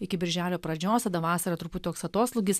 iki birželio pradžios tada vasarą truput toks atoslūgis